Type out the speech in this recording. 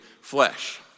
flesh